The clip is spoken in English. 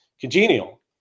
congenial